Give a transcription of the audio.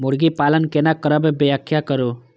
मुर्गी पालन केना करब व्याख्या करु?